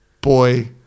boy